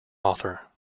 author